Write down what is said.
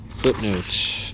Footnote